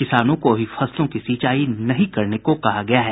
किसानों को अभी फसलों की सिंचाई नहीं करने को कहा गया है